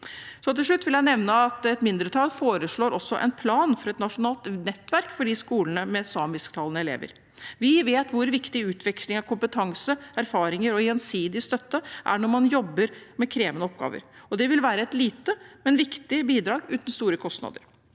Til slutt vil jeg nevne at et mindretall også foreslår en plan for et nasjonalt nettverk for skolene med samisktalende elever. Vi vet hvor viktig utveksling av kompetanse og erfaringer og gjensidig støtte er når man jobber med krevende oppgaver, og det vil være et lite, men viktig bidrag uten store kostnader.